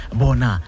bona